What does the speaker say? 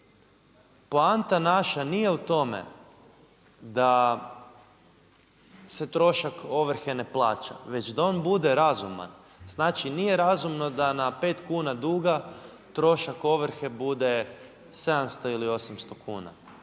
Poanta naša nije u tome da se trošak ovrhe ne plaća već da on bude razuman. Znači, nije razumno da na 5 kuna duga, trošak ovrhe bude 700 ili 800 kuna,